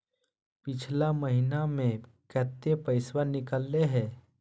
पिछला महिना मे कते पैसबा निकले हैं?